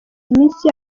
iminsi